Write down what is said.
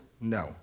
No